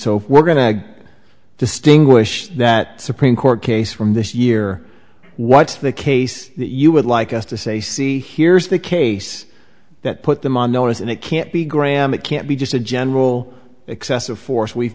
so we're going to distinguish that supreme court case from this year what's the case that you would like us to say see here is the case that put them on notice and it can't be graham it can't be just a general excessive force we've